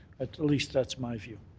at least that's my view.